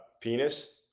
penis